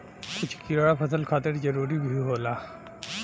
कुछ कीड़ा फसल खातिर जरूरी भी होला